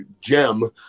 gem